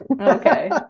Okay